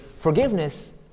forgiveness